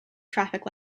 traffic